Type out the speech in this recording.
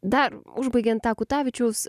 dar užbaigiant tą kutavičiaus